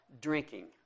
drinking